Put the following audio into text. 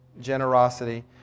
generosity